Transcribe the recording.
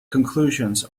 conclusions